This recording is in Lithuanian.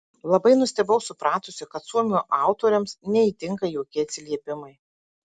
labai nustebau supratusi kad suomių autoriams neįtinka jokie atsiliepimai